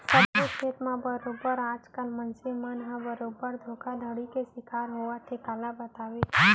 सब्बो छेत्र म बरोबर आज कल मनसे मन ह बरोबर धोखाघड़ी के सिकार होवत हे काला बताबे